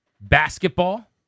Basketball